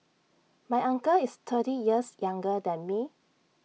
my uncle is thirty years younger than me